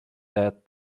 that